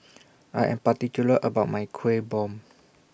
I Am particular about My Kueh Bom